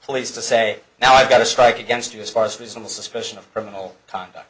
police to say now i've got a strike against you as far as who's on the suspicion of criminal conduct